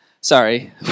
sorry